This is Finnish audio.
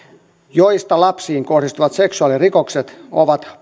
joista lapsiin kohdistuvat seksuaalirikokset ovat